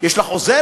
יש לך עוזרת?